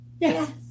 Yes